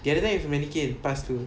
the other time is with mannequin past two